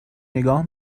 نگاه